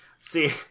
see